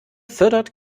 fördert